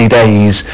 days